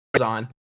On